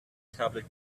tablet